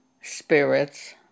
spirits